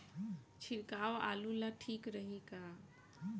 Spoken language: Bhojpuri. छिड़काव आलू ला ठीक रही का?